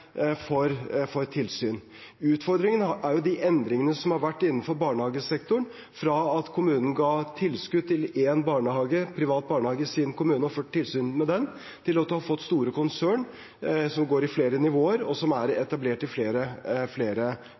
for tilsyn. Utfordringen er de endringene som har skjedd innenfor barnehagesektoren, fra at kommunene ga tilskudd til én privat barnehage i sin kommune og førte tilsyn med den, til at man har fått store konsern som går i flere nivåer, og som er etablert i flere